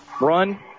run